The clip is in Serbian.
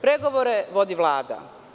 Pregovore vodi Vlada.